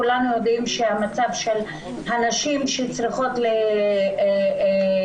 כולנו יודעים שהמצב של הנשים שצריכות לנסות